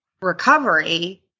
recovery